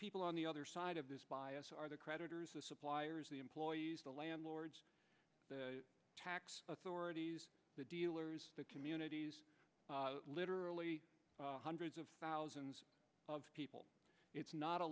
people on the other side of this bias are the creditors the suppliers the employees the landlords the tax authorities the dealers the community literally hundreds of thousands of people it's not a